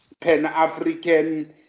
pan-African